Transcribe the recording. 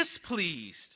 displeased